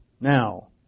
now